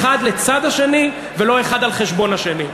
האחד לצד השני ולא האחד על חשבון השני.